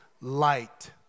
light